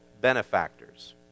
benefactors